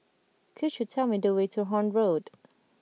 could you tell me the way to Horne Road